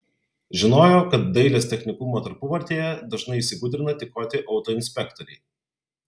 žinojo kad dailės technikumo tarpuvartėje dažnai įsigudrina tykoti autoinspektoriai